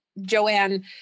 Joanne